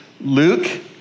Luke